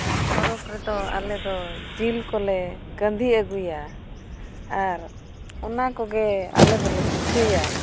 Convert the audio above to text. ᱯᱚᱨᱚᱵᱽ ᱨᱮᱫᱚ ᱟᱞᱮᱫᱚ ᱡᱤᱞ ᱠᱚᱞᱮ ᱠᱟᱹᱫᱷᱤ ᱟᱹᱜᱩᱭᱟ ᱟᱨ ᱚᱱᱟ ᱠᱚᱜᱮ ᱟᱞᱮ ᱫᱚᱞᱮ ᱯᱤᱴᱷᱟᱹᱭᱟ